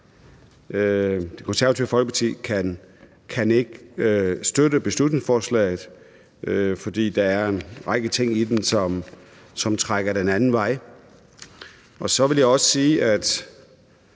Men Konservative Folkeparti kan ikke støtte beslutningsforslaget, fordi der er en række ting i det, som trækker den anden vej. Så vil jeg også sige, at